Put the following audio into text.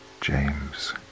James